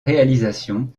réalisation